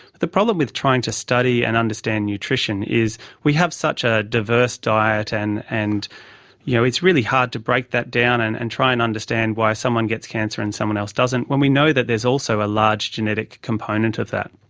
the problem with trying to study and understand nutrition is we have such a diverse diet and and you know it's really hard to break that down and and try and understand why someone gets cancer and someone else doesn't, when we know that there is also a large genetic component of that.